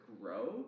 grow